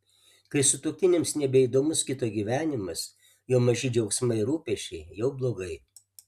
kai sutuoktiniams nebeįdomus kito gyvenimas jo maži džiaugsmai ir rūpesčiai jau blogai